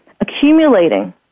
accumulating